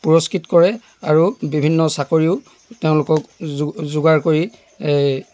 পুৰষ্কৃত কৰে আৰু বিভিন্ন চাকৰিও তেওঁলোকক যো যোগাৰ কৰি